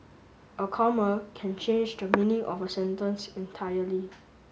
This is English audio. a comma can change the meaning of a sentence entirely